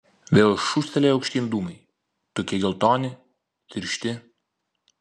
vėl šūstelėjo aukštyn dūmai tokie geltoni tiršti